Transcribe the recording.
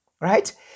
right